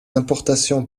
importations